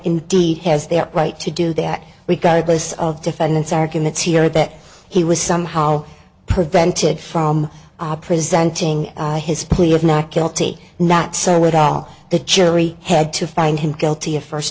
indeed has the right to do that regardless of defendant's arguments here that he was somehow prevented from opera scenting his plea of not guilty not so at all the jury had to find him guilty of first